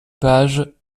page